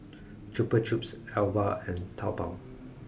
Chupa Chups Alba and Taobao